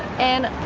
and,